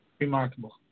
Remarkable